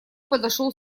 подошел